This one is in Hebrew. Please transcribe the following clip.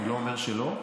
אני לא אומר שלא,